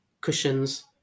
cushions